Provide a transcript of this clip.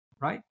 right